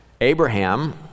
Abraham